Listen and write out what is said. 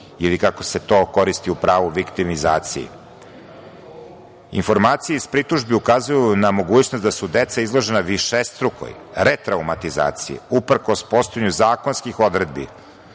ili kako se to koristi u pravu, viktimizaciji. Informacije iz pritužbi ukazuju na mogućnost da su deca izložena višestrukoj retraumatizaciji, uprkos postojanju zakonskih odredbi